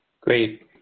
Great